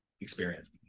experience